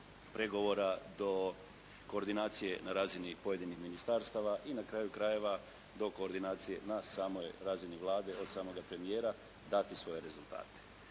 pregovora do koordinacije na razini pojedinih ministarstava i na kraju krajeva do koordinacije na samoj razini Vlade od samoga premijera dati svoje rezultate.